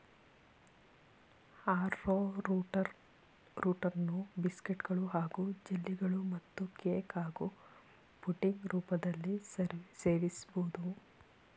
ಆರ್ರೋರೂಟನ್ನು ಬಿಸ್ಕೆಟ್ಗಳು ಹಾಗೂ ಜೆಲ್ಲಿಗಳು ಮತ್ತು ಕೇಕ್ ಹಾಗೂ ಪುಡಿಂಗ್ ರೂಪದಲ್ಲೀ ಸೇವಿಸ್ಬೋದು